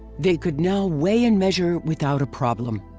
they could now weigh and measure without a problem.